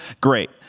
Great